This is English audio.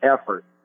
effort